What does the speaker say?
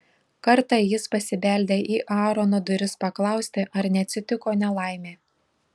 kartą jis pasibeldė į aarono duris paklausti ar neatsitiko nelaimė